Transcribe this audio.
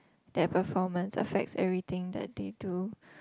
their performance affects everything that they do